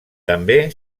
també